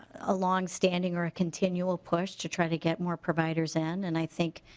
ah long standing or continual push to try to get more providers in and i think